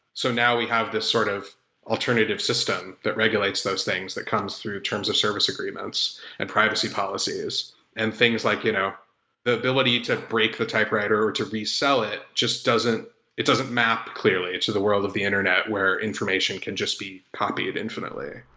so now we have this sort of alternative system that regulates those things that comes through terms of service agreements and privacy policies and things like you know the ability to break the typewriter, or to resell it, just doesn't it doesn't map clearly to the world of the internet where information can just be copied infinitely.